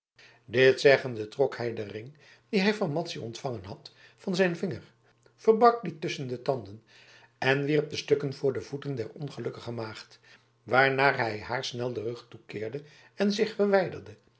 dit zeggende trok hij den ring dien hij van madzy ontvangen had van zijn vinger verbrak dien tusschen de tanden en wierp de stukken voor de voeten der ongelukkige maagd waarna hij haar snel den rug toekeerde en zich verwijderde